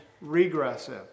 regressive